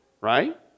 Right